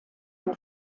ein